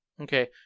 Okay